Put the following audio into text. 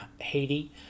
Haiti